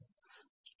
વિદ્યાર્થી